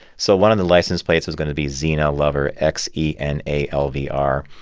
so one of the license plates was going to be xena lover x e n a l v r.